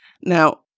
Now